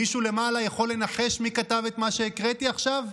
מישהו למעלה יכול לנחש מי כתב את מה שהקראתי עכשיו?